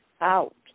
out